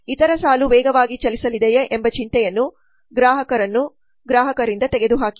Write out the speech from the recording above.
ಇತರ ಸಾಲು ವೇಗವಾಗಿ ಚಲಿಸಲಿದೆಯೇ ಎಂಬ ಚಿಂತೆಯನ್ನು ಗ್ರಾಹಕರನ್ನು ತೆಗೆದುಹಾಕಿ